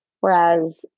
Whereas